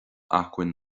acmhainn